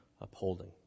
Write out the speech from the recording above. upholding